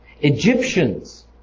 Egyptians